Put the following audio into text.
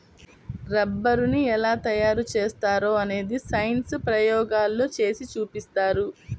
రబ్బరుని ఎలా తయారు చేస్తారో అనేది సైన్స్ ప్రయోగాల్లో చేసి చూపిస్తారు